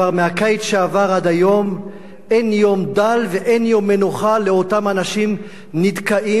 כבר מהקיץ שעבר עד היום אין יום דל ואין יום מנוחה לאותם אנשים נדכאים,